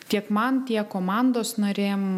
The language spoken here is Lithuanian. tiek man tiek komandos narėm